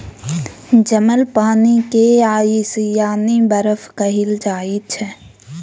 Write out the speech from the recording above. जमल पानि केँ आइस यानी बरफ कहल जाइ छै